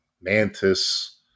Mantis